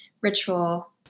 ritual